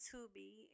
Tubi